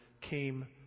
came